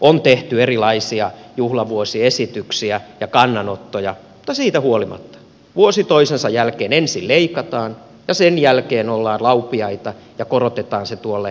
on tehty erilaisia juhlavuosiesityksiä ja kannanottoja mutta siitä huolimatta vuosi toisensa jälkeen ensin leikataan ja sen jälkeen ollaan laupiaita ja korotetaan se tuolle vaaditulle tasolle